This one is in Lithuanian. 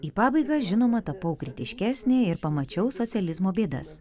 į pabaigą žinoma tapau kritiškesnė ir pamačiau socializmo bėdas